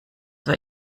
war